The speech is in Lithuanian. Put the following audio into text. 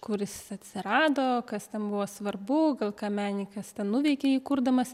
kur jis atsirado kas ten buvo svarbu gal ką menininkas ten nuveikė jį kurdamas